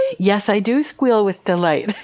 yes, i do squeal with delight!